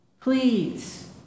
Please